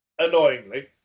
Annoyingly